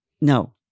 No